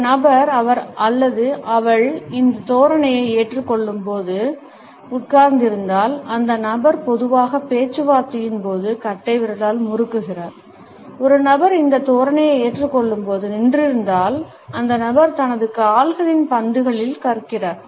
ஒரு நபர் அவர் அல்லது அவள் இந்த தோரணையை ஏற்றுக்கொள்ளும்போது உட்கார்ந்திருந்தால் அந்த நபர் பொதுவாக பேச்சுவார்த்தையின் போது கட்டைவிரலால் முறுக்குகிறார் ஒரு நபர் இந்த தோரணையை ஏற்றுக்கொள்ளும்போது நின்றிருந்தால் அந்த நபர் தனது கால்களின் பந்துகளில் கற்கிறார்